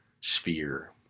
sphere